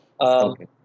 Okay